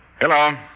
Hello